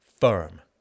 firm